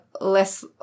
less